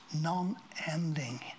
non-ending